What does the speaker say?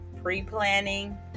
pre-planning